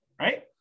right